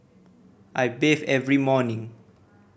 I bathe every morning